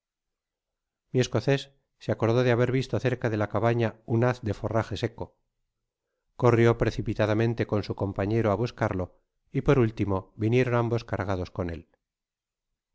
mi esoocé m acordó de haber visto cerca de la cabana un haz de forraje seco corrió precipitadamente con su compañero á buscarlo i y por último vinieron ambos cargados con él